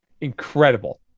incredible